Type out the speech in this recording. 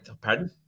Pardon